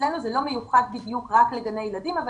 אצלנו זה לא מיוחס בדיוק רק לגני ילדים אבל